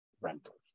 rentals